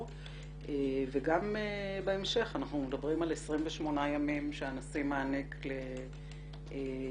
וגם בהמשך אנחנו מדברים על 28 ימים שהנשיא מעניק למועמד